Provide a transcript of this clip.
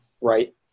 right